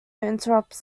interrupts